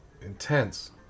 intense